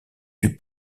fut